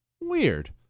Weird